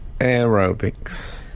aerobics